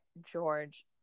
George